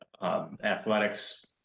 Athletics